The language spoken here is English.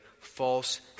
false